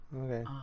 Okay